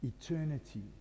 Eternity